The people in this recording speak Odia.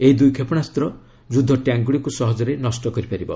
ଏହି ଦୁଇ କ୍ଷେପଶାସ୍ତ ଯୁଦ୍ଧ ଟ୍ୟାଙ୍କ୍ଗୁଡ଼ିକୁ ସହଜରେ ନଷ୍ଟ କରିପାରିବ